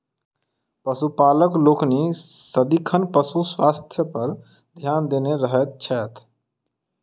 पशुपालक लोकनि सदिखन पशु स्वास्थ्य पर ध्यान देने रहैत छथि